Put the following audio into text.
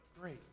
great